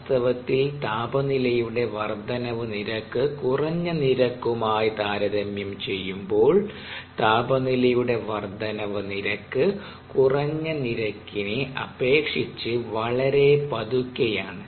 വാസ്തവത്തിൽ താപനില യുടെ വർദ്ധനവ് നിരക്ക് കുറഞ്ഞ നിരക്കുമായി താരതമ്യം ചെയ്യുമ്പോൾ താപനില യുടെ വർദ്ധനവ് നിരക്ക് കുറഞ്ഞ നിരക്കിനെ അപേക്ഷിച്ച് വളരെ പതുക്കെയാണ്